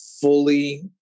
fully